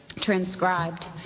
transcribed